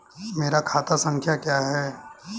मेरा खाता संख्या क्या है?